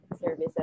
services